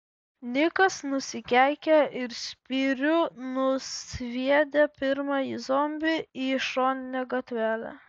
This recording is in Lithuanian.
nikas nusikeikė ir spyriu nusviedė pirmąjį zombį į šoninę gatvelę